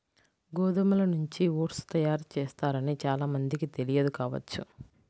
గోధుమల నుంచి ఓట్స్ తయారు చేస్తారని చాలా మందికి తెలియదు కావచ్చు